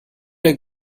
der